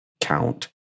count